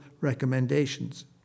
recommendations